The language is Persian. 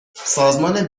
سازمان